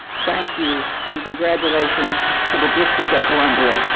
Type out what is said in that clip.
thank you and congratulations to the district of columbia.